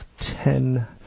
ten